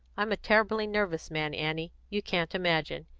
i'm a terribly nervous man, annie you can't imagine.